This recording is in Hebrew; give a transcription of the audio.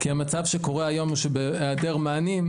המצב שקורה היום הוא שבהיעדר מענים,